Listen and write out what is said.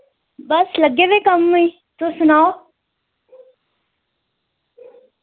बस लग्गे दे कम्म ई तुस सनाओ